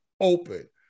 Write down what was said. open